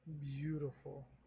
Beautiful